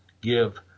give